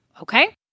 okay